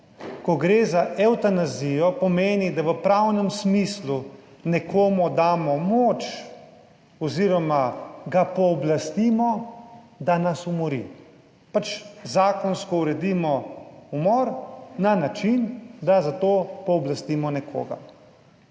Ko gre za evtanazijo, pomeni, da v pravnem smislu nekomu damo moč oziroma ga pooblastimo, da nas umori. Pač zakonsko uredimo umor na način, da za to pooblastimo nekoga.